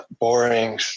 boring